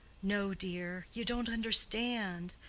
no, dear, you don't understand.